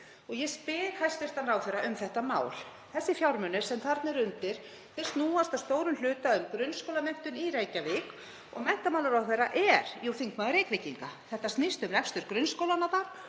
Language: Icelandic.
Ég spyr hæstv. ráðherra um þetta mál. Þeir fjármunir sem þarna eru undir snúast að stórum hluta um grunnskólamenntun í Reykjavík og menntamálaráðherra er jú þingmaður Reykvíkinga. Þetta snýst um rekstur grunnskólanna